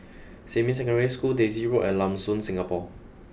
Xinmin Secondary School Daisy Road and Lam Soon Singapore